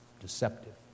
deceptive